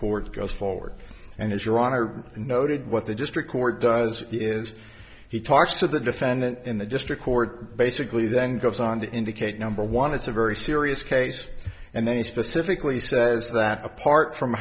court goes forward and as your honor noted what the just record does is he talks to the defendant in the district court basically then goes on to indicate number one it's a very serious case and they specifically says that apart from